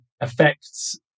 affects